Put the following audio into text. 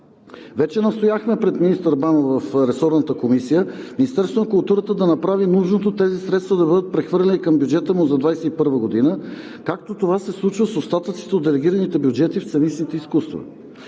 Вече настояхме пред министъра Банов в ресорната комисия Министерството на културата да направи нужното тези средства да бъдат прехвърляни към бюджета му за 2021 г., както това се случва с остатъците от делегираните бюджети в сценичните изкуства.